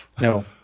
No